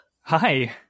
Hi